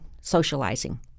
socializing